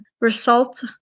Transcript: result